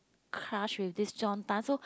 car she with this John-Tan so